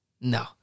No